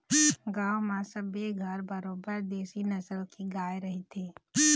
गांव म सबे घर बरोबर देशी नसल के गाय रहिथे